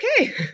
okay